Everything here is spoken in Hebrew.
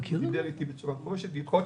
ביקשו לדחות